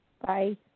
Bye